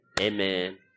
Amen